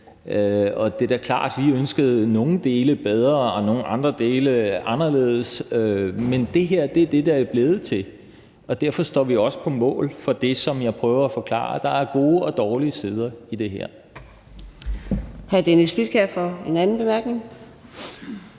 Og det er da klart, at vi ønskede nogle dele bedre og nogle andre dele anderledes, men det her er det, det er blevet til, og derfor står vi også på mål for det. Som jeg prøver at forklare, er der gode og dårlige sider i det her.